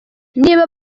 niba